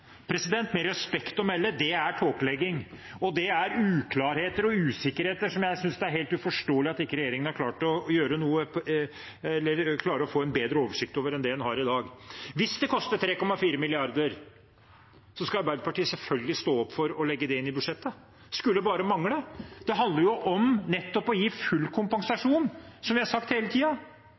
Med respekt å melde: Det er tåkelegging, og det er uklarheter og usikkerheter som jeg synes det er helt uforståelig at ikke regjeringen har klart å få en bedre oversikt over enn det man har i dag. Hvis det koster 3,4 mrd. kr, skal Arbeiderpartiet selvfølgelig stå opp for å legge det inn i budsjettet – det skulle bare mangle. Det handler jo nettopp om å gi full kompensasjon, som vi har sagt hele